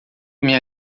minha